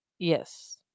Yes